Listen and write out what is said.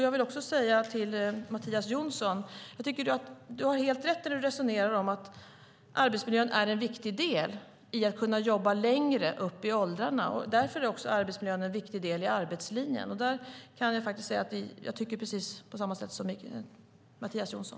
Jag vill också säga till Mattias Jonsson att jag tycker att du har alldeles rätt i hur du resonerar om att arbetsmiljön är en viktig del när det gäller att kunna jobba längre upp i åldrarna. Därför är också arbetsmiljön en viktig del i arbetslinjen. Jag tycker på precis samma sätt som Mattias Jonsson.